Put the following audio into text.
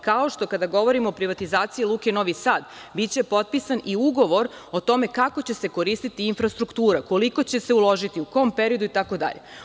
Kada govorimo o privatizaciji Luke Novi Sad, biće potpisan i ugovor o tome kako će se koristiti infrastruktura, koliko će se uložiti, u kom periodu itd.